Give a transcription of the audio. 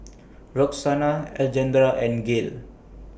Roxana Alejandra and Gale